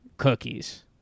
Cookies